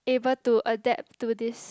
able to adapt to these